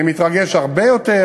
אני מתרגש הרבה יותר